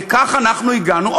וכך אנחנו הגענו,